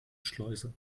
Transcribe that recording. schleuse